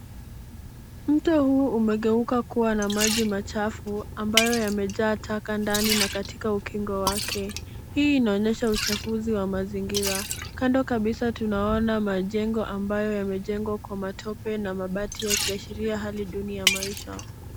Mto huu umegeuka kuwa na maji machafu ambayo yamejaa taka ndani na katika ukingo wake. Hii inaonyesha uchafuzi wa mazingira. Kando kabisa, tunaona majengo ambayo yamejengwa kwa matope na mabati, yakiashiria hali duni ya maisha.